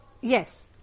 Yes